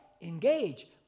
Engage